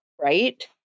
Right